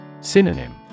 Synonym